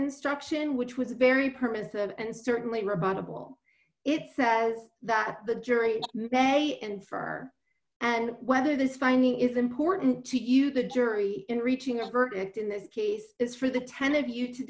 instruction which was very permissive and certainly rebuttable it says that the jury may end for and whether this finding is important to you the jury in reaching a verdict in this case is for the ten of you to